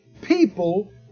people